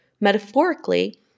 Metaphorically